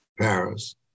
Paris